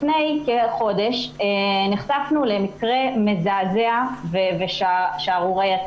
לפני כחודש נחשפנו למקרה מזעזע ושערורייתי